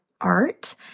art